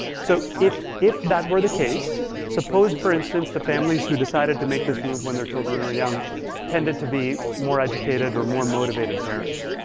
so if if that were the case, suppose, for instance, the families who decided to make this move when their children are young tended to be more educated or more motivated parents,